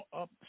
up